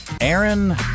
Aaron